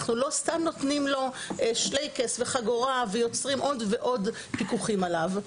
אנחנו לא סתם נותנים לו שלייקס וחגורה ויוצרים עוד ועוד פיקוחים עליו.